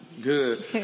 Good